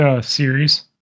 Series